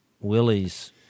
Willie's